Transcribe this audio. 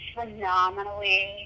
phenomenally